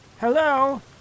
Hello